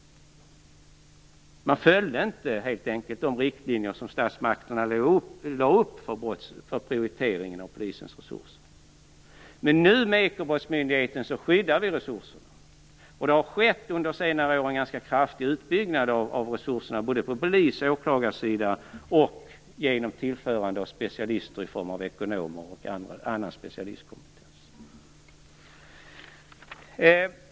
Man följde helt enkelt inte de riktlinjer som statsmakterna lade upp för prioriteringen av polisens resurser. Men med ekobrottsmyndigheten skyddar vi nu resurserna. Det har under senare år skett en ganska kraftig utbyggnad av resurserna på både polis och åklagarsidan, och det har tillförts specialister i form av ekonomer och personer med annan specialistkompetens.